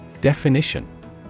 Definition